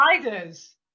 Spiders